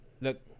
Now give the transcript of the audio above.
look